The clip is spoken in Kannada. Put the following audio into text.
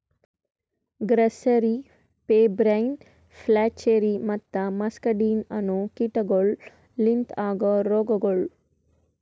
ಗ್ರಸ್ಸೆರಿ, ಪೆಬ್ರೈನ್, ಫ್ಲಾಚೆರಿ ಮತ್ತ ಮಸ್ಕಡಿನ್ ಅನೋ ಕೀಟಗೊಳ್ ಲಿಂತ ಆಗೋ ರೋಗಗೊಳ್